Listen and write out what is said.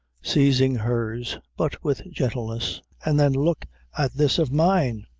seizing hers, but with gentleness, and then look at this of mine